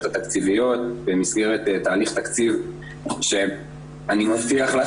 התקציביות במסגרת תהליך תקציב שאני מבטיח לך